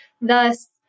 thus